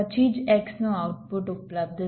1 પછી જ x નું આઉટપુટ ઉપલબ્ધ થશે